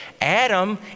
Adam